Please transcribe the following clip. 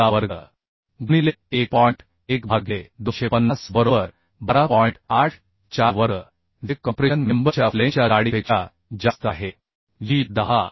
84 वर्ग जे कॉम्प्रेशन मेम्बरच्या फ्लेंजच्या जाडीपेक्षा जास्त आहेजी 10